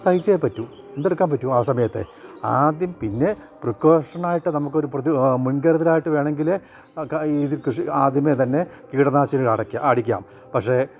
സഹിച്ചേ പറ്റു എന്തെടുക്കാൻ പറ്റും ആ സമയത്ത് ആദ്യം പിന്നെ പ്രിക്കോഷണായിട്ട് നമുക്ക് ഒരു മുൻകരുതലായിട്ട് വേണമെങ്കിൽ ഇത് കൃഷി ആദ്യമേ തന്നെ കീടനാശിനി അടിക്കാം പക്ഷേ